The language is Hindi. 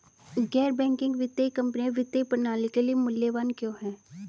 गैर बैंकिंग वित्तीय कंपनियाँ वित्तीय प्रणाली के लिए मूल्यवान क्यों हैं?